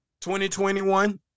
2021